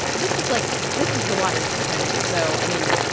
this is like this is the water you swim in. so, i mean,